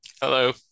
Hello